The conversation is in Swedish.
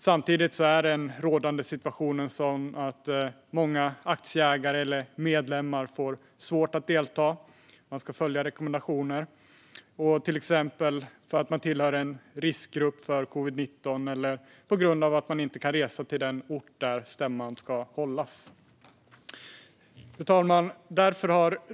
Samtidigt är den rådande situationen sådan att många aktieägare eller medlemmar får svårt att delta för att rekommendationer ska följas, till exempel för att man tillhör en riskgrupp för covid-19 eller på grund av att man inte kan resa till den ort där stämman ska hållas. Fru talman!